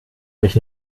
mich